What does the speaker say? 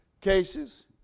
cases